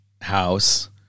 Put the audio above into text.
house